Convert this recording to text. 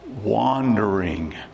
wandering